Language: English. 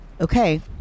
okay